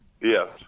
Yes